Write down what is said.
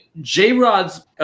J-Rod's